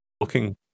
looking